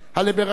הליברלית,